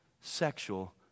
sexual